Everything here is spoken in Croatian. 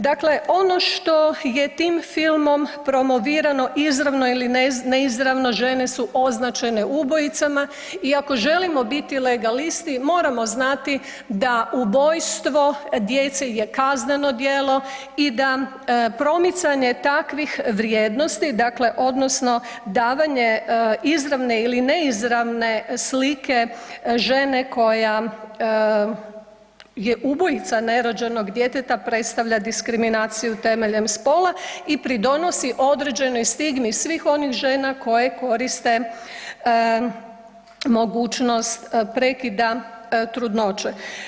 Dakle, ono što je tim filmom promovirano izravno ili ne izravno žene su označene ubojicama i ako želimo biti legalisti moramo znati da ubojstvo djece je kazneno djelo i da promicanje takvih vrijednosti, dakle odnosno davanje izravne ili ne izravne slike žene koja je ubojica nerođenog djeteta predstavlja diskriminaciju temeljem spola i pridonosi određenoj stigmi svih onih žena koje koriste mogućnost prekida trudnoće.